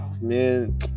man